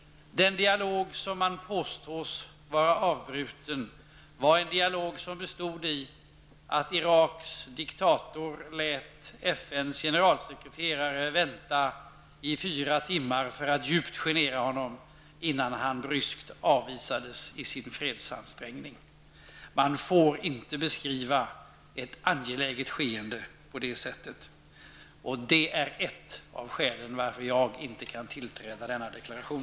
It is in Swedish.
Den dialog som man påstår vara avbruten var en dialog som bestod i att Iraks diktator lät FNs generalsekreterare vänta i fyra timmar för att djupt genera honom innan han bryskt avvisades i sin fredsansträngning. Man får inte beskriva ett angeläget skeende på detta sätt. Det är ett av skälen till att jag inte kan tillträda denna deklaration.